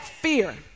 fear